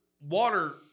water